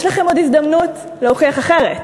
יש לכם עוד הזדמנות להוכיח אחרת.